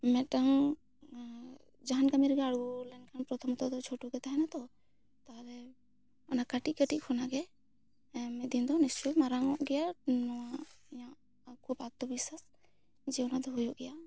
ᱢᱮᱫᱴᱟᱝ ᱡᱟᱦᱟᱱ ᱠᱟᱹᱢᱤ ᱨᱮᱠᱮ ᱟᱬᱜᱳ ᱞᱮᱱᱠᱷᱟᱱ ᱯᱨᱚᱛᱷᱚᱢ ᱛᱚ ᱪᱷᱳᱴᱳ ᱜᱮ ᱛᱟᱦᱮᱱᱟ ᱛᱚ ᱛᱟᱦᱚᱞᱮ ᱚᱱᱟ ᱠᱟᱹᱴᱤᱡ ᱠᱟᱹᱴᱤᱡ ᱠᱷᱚᱱᱟᱜᱮ ᱟᱭᱢᱟᱫᱤᱱ ᱫᱚ ᱱᱤᱥᱪᱚᱭ ᱢᱟᱲᱟᱝ ᱜᱮᱭᱟ ᱱᱚᱣᱟ ᱟᱠᱚ ᱟᱛᱛᱚᱵᱤᱥᱥᱟᱥ ᱡᱤᱭᱳᱱᱟᱫᱚ ᱦᱩᱭᱩᱜ ᱜᱮᱭᱟ